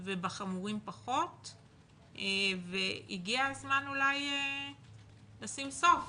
ובחמורים פחות והגיע הזמן אולי לשים סוף